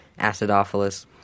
acidophilus